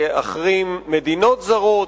להחרים מדינות זרות.